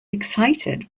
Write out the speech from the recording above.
excited